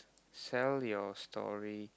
sell your story